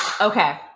Okay